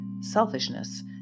selfishness